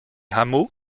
hameaux